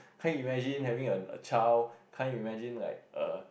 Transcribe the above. can't imagine having a a child can't imagine like err